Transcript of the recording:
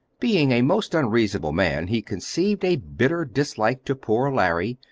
being a most unreasonable man he conceived a bitter dislike to poor larry,